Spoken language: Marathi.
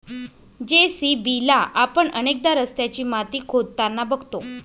जे.सी.बी ला आपण अनेकदा रस्त्याची माती खोदताना बघतो